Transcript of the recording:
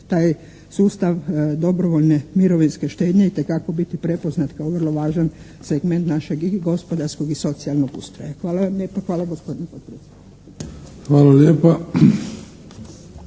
taj sustav dobrovoljne mirovinske štednje itekako biti prepoznat kao vrlo važan segment našeg i gospodarskog i socijalnog ustroja. Hvala vam lijepa. Hvala gospodine potpredsjedniče.